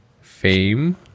fame